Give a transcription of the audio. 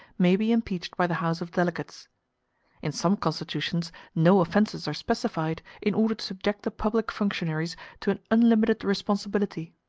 may be impeached by the house of delegates in some constitutions no offences are specified, in order to subject the public functionaries to an unlimited responsibility.